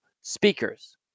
speakers